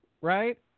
right